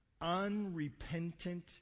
Unrepentant